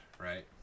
right